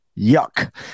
Yuck